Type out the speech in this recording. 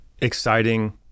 exciting